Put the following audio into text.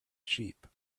sheep